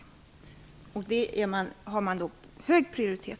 Denna förbindelse har hög prioritet.